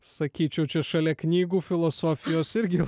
sakyčiau čia šalia knygų filosofijos irgi